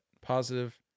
positive